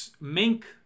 Mink